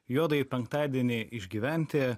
juodąjį penktadienį išgyventi